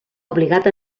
obligat